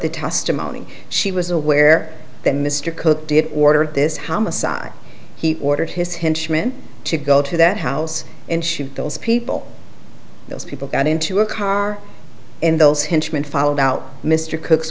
the testimony she was aware that mr cook did order this homicide he ordered his henchmen to go to that house and shoot those people those people got into a car in those which men followed out mr cook